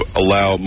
allow